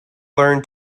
learn